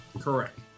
Correct